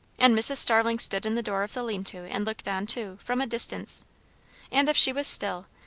and mrs. starling stood in the door of the lean-to and looked on too, from a distance and if she was still,